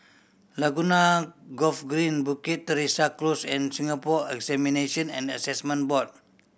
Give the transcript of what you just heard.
Laguna Golf Green Bukit Teresa Close and Singapore Examination and Assessment Board